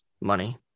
money